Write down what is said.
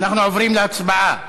אנחנו עוברים להצבעה.